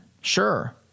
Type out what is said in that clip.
Sure